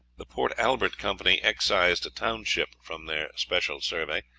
the port albert company excised a township from their special survey,